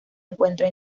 encuentra